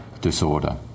disorder